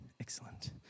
excellent